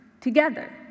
together